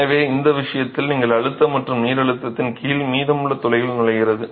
எனவே இந்த விஷயத்தில் நீங்கள் அழுத்தம் மற்றும் நீர் அழுத்தத்தின் கீழ் மீதமுள்ள துளைகள் நுழைகிறது